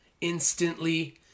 Instantly